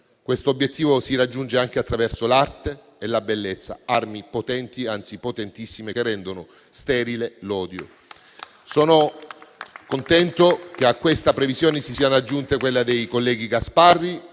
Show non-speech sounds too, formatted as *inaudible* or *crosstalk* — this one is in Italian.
questo obiettivo si raggiunge anche attraverso l'arte e la bellezza, armi potenti, anzi potentissime, che rendono sterile l'odio. *applause* Sono contento che a questa previsione si siano aggiunte quella dei colleghi Gasparri